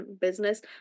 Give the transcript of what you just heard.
business